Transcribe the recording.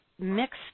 mixed